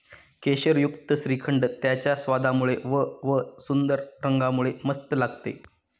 केशरयुक्त श्रीखंड त्याच्या स्वादामुळे व व सुंदर रंगामुळे मस्त लागते